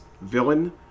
villain